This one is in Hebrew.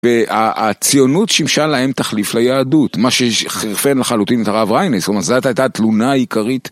והציונות שימשה להם תחליף ליהדות, מה שחירפן לחלוטין את הרב ריינס, זאת אומרת, זאת הייתה התלונה העיקרית.